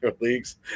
leagues